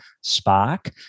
Spark